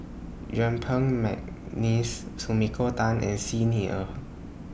Yuen Peng Mcneice Sumiko Tan and Xi Ni Er